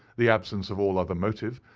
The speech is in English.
the absence of all other motive,